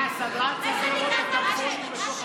מה, הסדרן צריך לראות את הטמפונים בתוך התיק